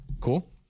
Cool